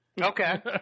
Okay